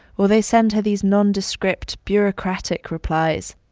or they send her these nondescript, bureaucratic replies,